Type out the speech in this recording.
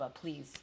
please